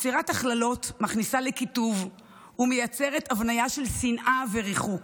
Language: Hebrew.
יצירת הכללות מכניסה לקיטוב ומייצרת הבניה של שנאה וריחוק,